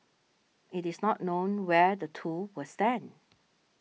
it is not known where the two will stand